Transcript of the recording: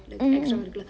mm